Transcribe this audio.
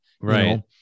Right